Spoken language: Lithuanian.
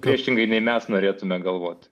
priešingai nei mes norėtume galvot